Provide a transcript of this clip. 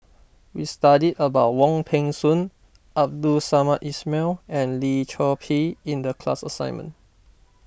we studied about Wong Peng Soon Abdul Samad Ismail and Lim Chor Pee in the class assignment